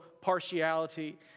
partiality